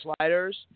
sliders